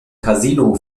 casino